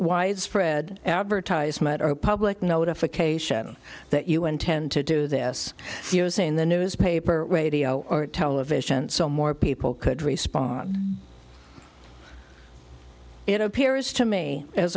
widespread advertisement or public notification that you intend to do this using the newspaper or radio or television so more people could respond it appears to me as